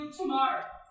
tomorrow